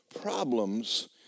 problems